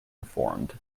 informed